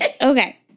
Okay